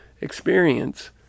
experience